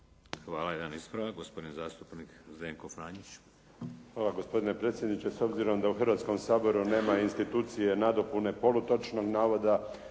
Hvala jedan ispravak, gospodin zastupnik Zdenko Franić. **Franić, Zdenko (SDP)** Hvala gospodine predsjedniče. S obzirom da u Hrvatskom saboru nema institucije polu točnog navoda,